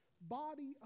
body